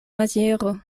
maziero